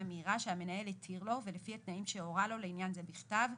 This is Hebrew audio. מהירה שהמנהל התיר לו ולפי התנאים שהורה לו לעניין זה בכתב,